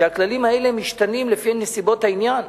כשהכללים האלה משתנים לפי נסיבות העניין.